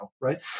right